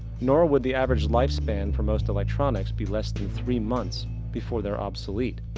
nor would the average lifespan for most electronics be less than three months before they're obsolete.